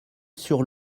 sur